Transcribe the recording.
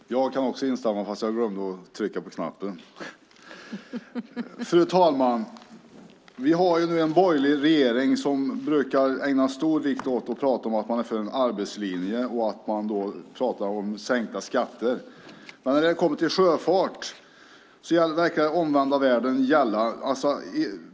Fru talman! Jag kan också instämma i föregående anförande, fast jag glömde att trycka på knappen. Vi har nu en borgerlig regering som brukar lägga stor energi på att prata om att man är för en arbetslinje och om sänkta skatter. Men när det kommer till sjöfart verkar det vara omvända världen.